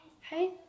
Hey